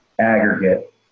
aggregate